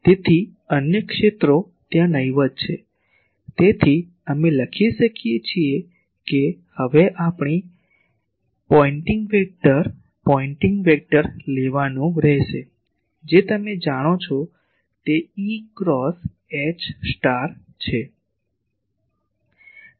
તેથી અન્ય ક્ષેત્રો ત્યાં નહિવત્ છે તેથી અમે લખીએ છીએ કે હવે આપણે પોઇન્ટિંગ વેક્ટર પોઇંટિંગ વેક્ટર લેવાનું રહેશે જે તમે જાણો છો તે E ક્રોસ H છે